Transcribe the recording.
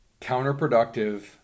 Counterproductive